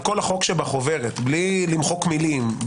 על כל החוק שבחוברת מבלי למחוק מילים,